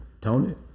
Tony